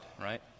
right